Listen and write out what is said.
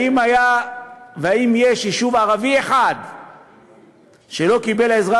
האם יש יישוב ערבי אחד שלא קיבל עזרה